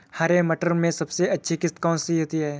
हरे मटर में सबसे अच्छी किश्त कौन सी होती है?